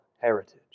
heritage